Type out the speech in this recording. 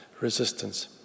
resistance